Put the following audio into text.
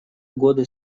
годы